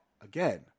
again